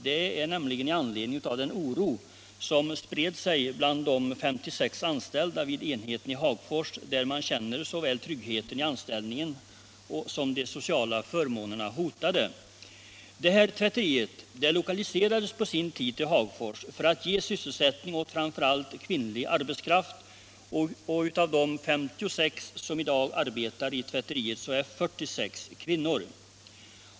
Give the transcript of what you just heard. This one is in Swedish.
Det skedde med anledning av den oro som spred sig bland de 56 anställda vid enheten i Hagfors, där man känner såväl tryggheten i anställningen som de sociala förmånerna hotade. Det ifrågavarande tvätteriet lokaliserades på sin tid till Hagfors för att ge sysselsättning åt framför allt kvinnlig arbetskraft — av de 56 som i dag arbetar vid tvätteriet är också 46 kvinnor.